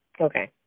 Okay